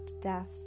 death